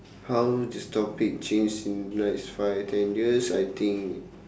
how this topic change in the next five or ten years I think